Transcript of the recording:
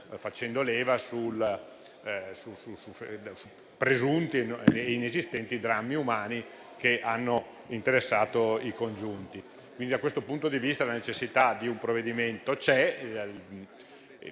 facendo leva su presunti e inesistenti drammi umani che hanno interessato i congiunti. Sotto questo profilo, la necessità di un provvedimento c'è.